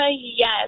yes